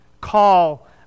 call